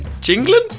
jingling